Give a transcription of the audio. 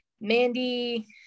Mandy